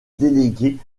déléguer